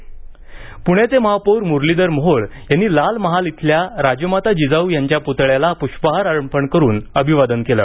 प्ण्याचे महापौर मुरलीधर मोहोळ यांनी लाल महाल इथल्या राजमाता जिजाऊ यांच्या पुतळ्याला पुष्पहार अर्पण करून अभिवादन केलं